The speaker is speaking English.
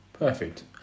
perfect